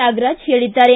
ನಾಗರಾಜ್ ಹೇಳಿದ್ದಾರೆ